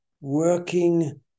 working